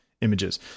images